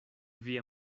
via